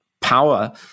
power